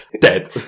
Dead